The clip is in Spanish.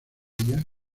ellas